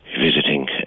visiting